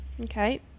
Okay